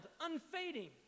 unfading